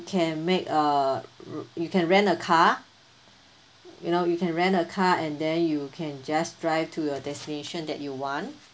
can make uh uh you can rent a car you know you can rent a car and then you can just drive to your destination that you want